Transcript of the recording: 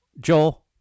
Joel